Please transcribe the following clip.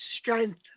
strength